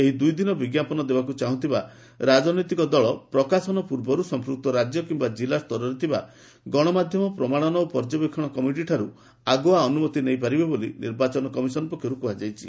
ଏହି ଦୁଇଦିନ ବିଜ୍ଞାପନ ଦେବାକୁ ଚାହୁଁଥିବା ରାଜନୈତିକ ଦଳ ପ୍ରକାଶନ ପୂର୍ବରୁ ସଂପୃକ୍ତ ରାଜ୍ୟ କିମ୍ବା କ୍ରିଲ୍ଲାସ୍ତରରେ ଥିବା ଗଶମାଧ୍ୟମ ପ୍ରମାଣନ ଓ ପର୍ଯ୍ୟବେକ୍ଷଣ କମିଟିଠାରୁ ଆଗୁଆ ଅନୁମତି ନେଇପାରିବେ ବୋଲି ନିର୍ବାଚନ କମିଶନ ପକ୍ଷରୁ କୁହାଯାଇଛି